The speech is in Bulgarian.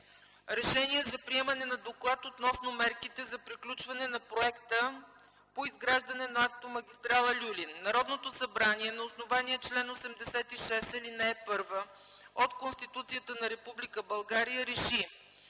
„РЕШЕНИЕ за приемане на Доклад относно мерките за приключване на проекта по изграждане на автомагистрала „Люлин” Народното събрание на основание чл. 86, ал. 1 от Конституцията на Република